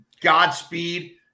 Godspeed